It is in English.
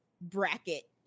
bracket